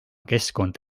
keskkond